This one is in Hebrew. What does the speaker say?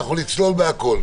אנחנו נצלול להכול.